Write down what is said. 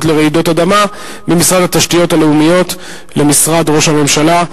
לרעידות אדמה ממשרד התשתיות הלאומיות למשרד ראש הממשלה.